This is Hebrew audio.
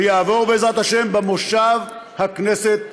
שיעבור, בעזרת השם, במושב הכנסת הנוכחי.